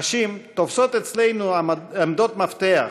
נשים תופסות אצלנו עמדות מפתח,